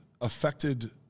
affected